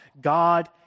God